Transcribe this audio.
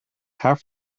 half